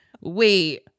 Wait